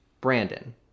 Brandon